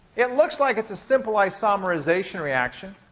it looks like it's a simple isomerization reaction,